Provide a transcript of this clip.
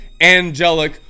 angelic